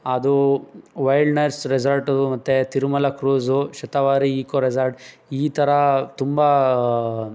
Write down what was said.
ಅದು wildness resort ಮತ್ತು Tirumala cruise Shatavari eco resort ಈ ಥರ ತುಂಬ